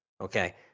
Okay